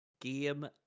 Game